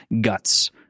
guts